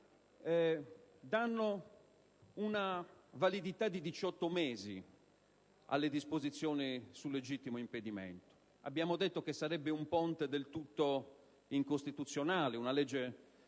danno una validità di 18 mesi alle disposizioni sul legittimo impedimento. Abbiamo detto che sarebbe un ponte del tutto incostituzionale, una «legge